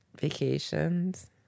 Vacations